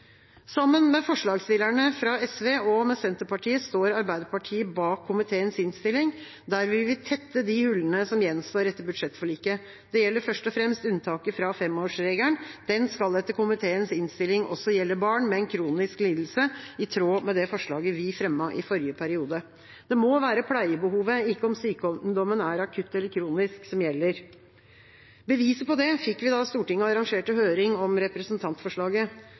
Sammen med Senterpartiet og forslagsstillerne fra SV står Arbeiderpartiet bak komiteens innstilling, der vi vil tette de hullene som gjenstår etter budsjettforliket. Det gjelder først og fremst unntaket fra femårsregelen. Det skal, etter komiteens innstilling, også gjelde barn med en kronisk lidelse, i tråd med det forslaget vi fremmet i forrige periode. Det må være pleiebehovet, ikke om sykdommen er akutt eller kronisk, som gjelder. Beviset på det fikk vi da Stortinget arrangerte høring om representantforslaget.